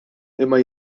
imma